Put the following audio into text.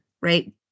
right